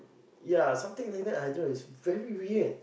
yeah something like that I don't know it's very weird